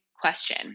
Question